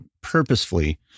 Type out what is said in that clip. purposefully